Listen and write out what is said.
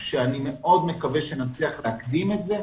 שאני מאוד מקווה שנצליח להקדים את זה.